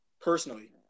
personally